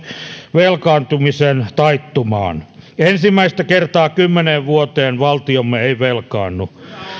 velkaantumisen taittumaan ensimmäistä kertaa kymmeneen vuoteen valtiomme ei velkaannu